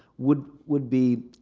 would would be,